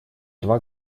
два